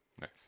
nice